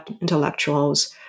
intellectuals